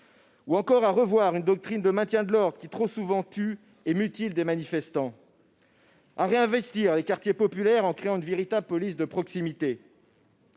l'impunité, à revoir une doctrine de maintien de l'ordre qui, trop souvent, tue et mutile des manifestants, à réinvestir les quartiers populaires en créant une véritable police de proximité.